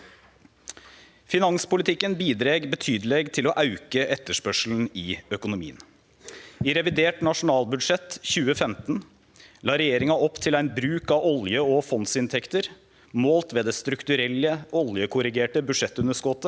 Finanspolitikken bidreg betydeleg til å auke etterspørselen i økonomien. I revidert nasjonalbudsjett 2015 la regjeringa opp til ein bruk av olje- og fondsinntekter, målt ved det strukturelle, oljekorrigerte budsjettunderskotet,